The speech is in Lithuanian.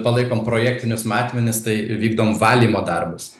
palaikom projektinius matmenis tai vykdom valymo darbus